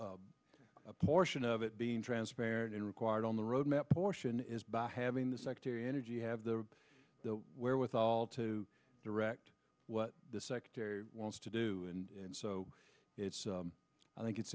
least a portion of it being transparent and required on the roadmap portion is by having the secretary energy have the the wherewithal to direct what the secretary wants to do and so it's i think it's